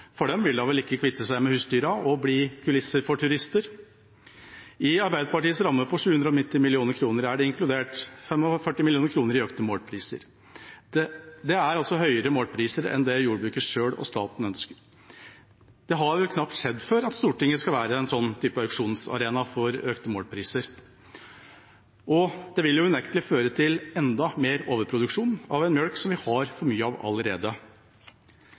for de vil da vel ikke kvitte seg med husdyrene og bli kulisser for turister. I Arbeiderpartiets ramme på 790 mill. kr er det inkludert 45 mill. kr i økte målpriser. Det er altså høyere målpriser enn det jordbruket selv og staten ønsker. Det har vel knapt skjedd før at Stortinget skal være en sånn type auksjonsarena for økte målpriser, og det vil jo unektelig føre til enda mer overproduksjon av en melk vi har for mye av allerede.